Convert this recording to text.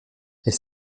elles